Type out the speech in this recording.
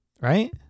Right